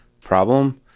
problem